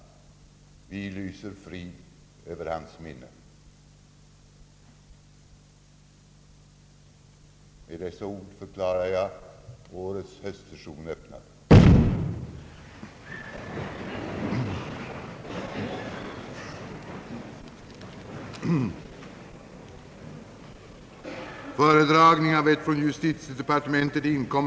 Vi lyser frid över hans minne. Granskning av fullmakten företas inför chefen för justitiedepartementet i närvaro av vederbörande fullmäktige i riksbanken och riksgäldskontoret.